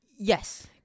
Yes